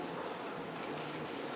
ההצעה להעביר את הצעת חוק המכר